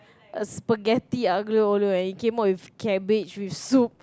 a spaghetti aglio-olio and it came out with cabbage with soup